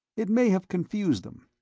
it may have confused them,